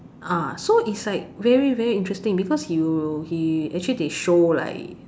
ah so it's like very very interesting because you he actually they show like